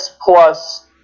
plus